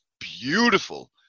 beautiful